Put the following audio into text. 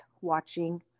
watching